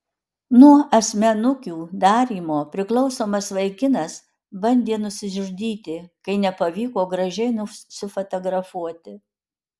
nuo asmenukių darymo priklausomas vaikinas bandė nusižudyti kai nepavyko gražiai nusifotografuoti